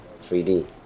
3D